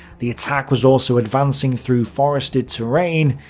the attack was also advancing through forested terrain,